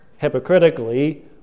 hypocritically